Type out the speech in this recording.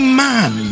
man